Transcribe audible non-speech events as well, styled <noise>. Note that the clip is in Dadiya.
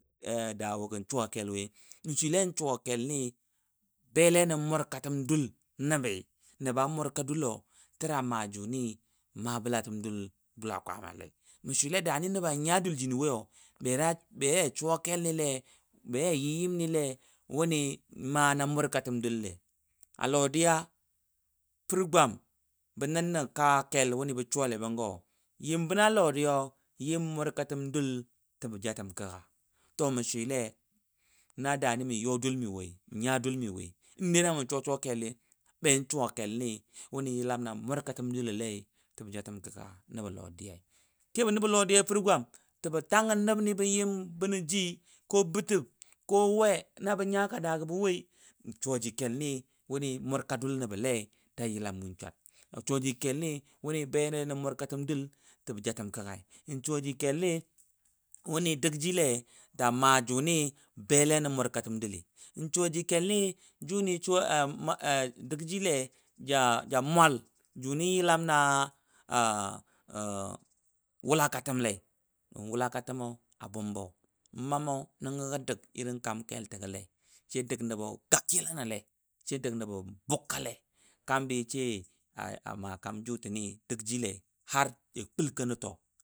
<hesitation> daawo gən suwa keLwoi, mə swilen suwa KeLni, beLe nə murkatəm duL nəba murkaduLo, tə da maa junt maa bəLa təm duL Bula kwaamaɨ Lei mə swiLe daani nə ba nya duL jinə woyo, be ya ja yɨ yɨm niLe wuni maa na murkatəm dulLei. "A Lodiya PAr gwam bə nən nə kaa keL wuni bə suwa bən go, yɨm bəna Lodiya yo, yɨm murkaɨm duL Jəbo jatəm ka ga <unintelligible> Mə swile na daa nɨ mə Yo duLmɨ woi, mə nya dul mi woi, <unintelligible> namə suwa suwa kELɨ, ben suwakEl nɨwu nɨ yəLam na murkatəm duləlei təbə jatəm kəga nəbə Lodiya Kebə nəbə Lodiyai PAr gwam təbə tangən nəbnɨ bəyəm bə nəjɨ <unintelligible> bətəb <unintelligible> we nə bə nya ka daa gəbə woi nsuwajɨ keOLnɨ wunɨ murka dul nə bə Le tə yəLam winswar NsuwaJi kELnɨ wuni bELe nən murkatəm duL təbə Jatəm kəgai n suwaJɨ KELnɨ wunɨ dəgjiLe ta maa junɨ beLe nə murkatəm Duli, Nsuwaji KELnt suwa <hesitation> dəgjiLe ja- ja mwal juni yɨLam na- <hesitation> wuLakatəm Lei <unintelligible> WuLaKatəm mo a bumbo, mammo nəngə gə dəg <unintelligible> kaam keLɨəgəLei. <unintelligible> dəgnəbo ga kɨ Lana Le <unintelligible> dəg nə bo bugka Le Kaanibi <unintelligible> a makam Jutəni dəgji Le <unintelligible> Ja KuLkonan tAA.